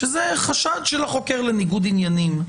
שזה חשד של החוקר לניגוד עניינים,